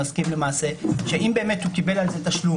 מסכים למעשה שאם באמת הוא קיבל על זה תשלום,